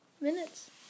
minutes